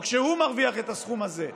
או כשהוא מרוויח את הסכום הזה,